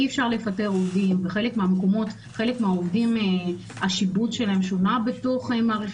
אי-אפשר לפטר עובדים ובחלק מהמקומות שונה השיבוץ של חלק מהעובדים